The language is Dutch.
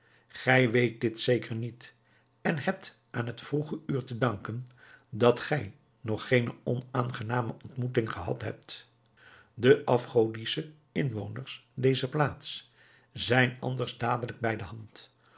gij weet dit zeker niet en hebt aan het vroege uur te danken dat gij nog geene onaangename ontmoeting gehad hebt de afgodische inwoners dezer plaats zijn anders dadelijk bij de hand